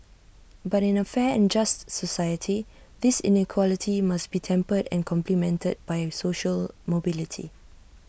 but in A fair and just society this inequality must be tempered and complemented by an social mobility